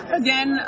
again